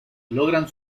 logran